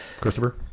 Christopher